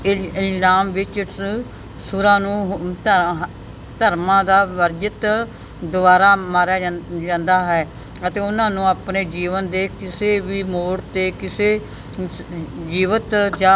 ਇਲ ਇਲਜ਼ਾਮ ਵਿੱਚ ਇਸ ਸੁਰਾਂ ਨੂੰ ਧਰ ਧਰਮਾਂ ਦਾ ਵਰਜਿਤ ਦੁਆਰਾ ਮਾਰਿਆ ਜਾਂਦ ਜਾਂਦਾ ਹੈ ਅਤੇ ਉਹਨਾਂ ਨੂੰ ਆਪਣੇ ਜੀਵਨ ਦੇ ਕਿਸੇ ਵੀ ਮੋੜ 'ਤੇ ਕਿਸੇ ਜੀਵਤ ਜਾਂ